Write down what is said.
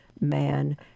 man